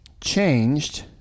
changed